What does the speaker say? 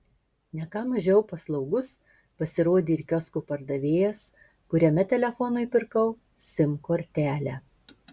ne ką mažiau paslaugus pasirodė ir kiosko pardavėjas kuriame telefonui pirkau sim kortelę